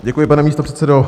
Děkuji, pane místopředsedo.